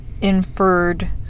inferred